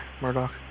Murdoch